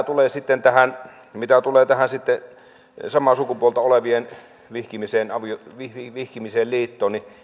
tulee pitää mitä tulee tähän samaa sukupuolta olevien vihkimiseen liittoon niin